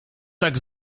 tak